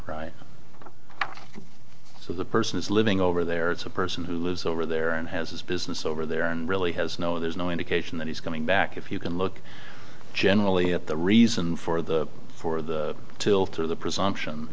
right so the person is living over there it's a person who lives over there and has his business over there and really has no there's no indication that he's coming back if you can look generally at the reason for the for the tilt of the presumption